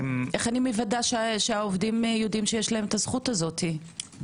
איך אני מוודאת שהעובדים יודעים שיש להם הזכות הזאת?